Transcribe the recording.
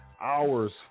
hours